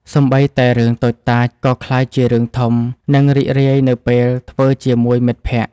សូម្បីតែរឿងតូចតាច ក៏ក្លាយជារឿងធំ និងរីករាយនៅពេលធ្វើជាមួយមិត្តភក្តិ។